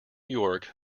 york